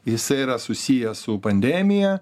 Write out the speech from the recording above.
jisai yra susijęs su pandemija